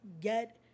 get